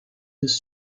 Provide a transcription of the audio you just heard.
his